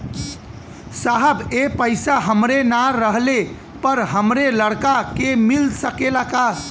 साहब ए पैसा हमरे ना रहले पर हमरे लड़का के मिल सकेला का?